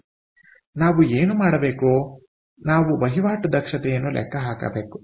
ಆದ್ದರಿಂದ ನಾವು ಏನು ಮಾಡಬೇಕು ನಾವು ವಹಿವಾಟು ದಕ್ಷತೆಯನ್ನು ಲೆಕ್ಕ ಹಾಕಬೇಕು